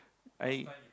I